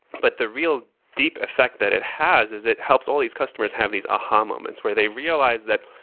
but the real deep effect that it has is it helps all these customers have these aha moments where they realize that,